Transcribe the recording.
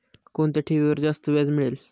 कोणत्या ठेवीवर जास्त व्याज मिळेल?